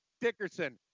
Dickerson